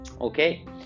Okay